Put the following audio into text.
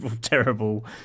terrible